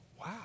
wow